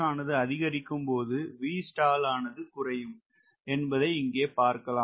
ஆனது அதிகரிக்கும் போது ஆனது குறையும் என்பதை இங்கே பார்க்கலாம்